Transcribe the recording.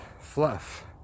fluff